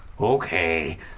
Okay